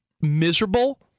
miserable